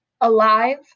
Alive